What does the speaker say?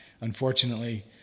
Unfortunately